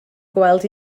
gweld